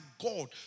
God